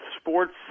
sports